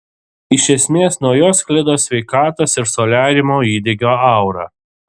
iš esmės nuo jos sklido sveikatos ir soliariumo įdegio aura